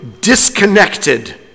disconnected